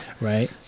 right